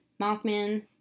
Mothman